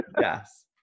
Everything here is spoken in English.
Yes